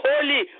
holy